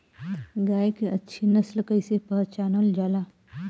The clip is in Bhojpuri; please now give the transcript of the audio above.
गाय के अच्छी नस्ल कइसे पहचानल जाला?